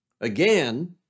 Again